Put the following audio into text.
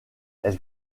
elle